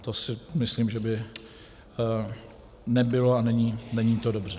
To si myslím, že by nebylo a není to dobře.